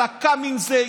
אתה קם עם זה,